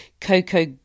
Coco